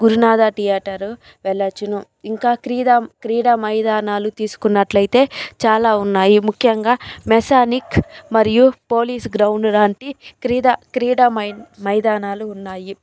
Gurunatha theatre వెళ్ళొచ్చును ఇంకా క్రీడా క్రీడా మైదానాలు తీసుకున్నట్లయితే చాలా ఉన్నాయి ముఖ్యంగా మెసానిక్ మరియు పోలీస్ గ్రౌండ్ లాంటి క్రీడా క్రీడా మైదానాలు ఉన్నాయి